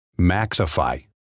Maxify